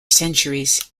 centuries